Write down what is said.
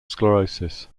sclerosis